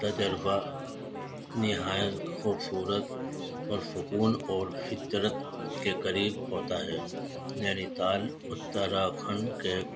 تجربہ نہایت خوبصورت پرسکون اور فطرت کے قریب ہوتا ہے نینی تال اتراکھنڈ کے